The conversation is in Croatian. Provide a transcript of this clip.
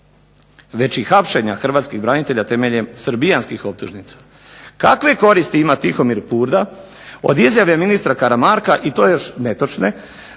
već i hapšenja Hrvatskih branitelja temeljem srbijanskih optužnica. Kakve koristi ima Tihomir Purda od izjave ministra Karamarka i to još netočne,